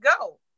go